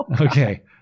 Okay